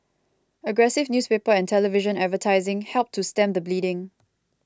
aggressive newspaper and television advertising helped to stem the bleeding